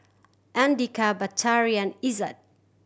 Andika Batari and Izzat